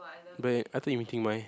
but I thought you meeting Mai